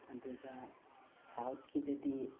ꯑꯗꯨꯒ ꯁꯥꯎꯠꯀꯤꯗꯗꯤ